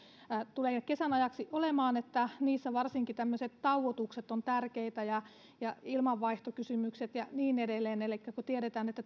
tulee kesän ajaksi olemaan niissä varsinkin tämmöiset tauotukset ovat tärkeitä ja ja ilmanvaihtokysymykset ja niin edelleen elikkä tiedetään että